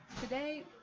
today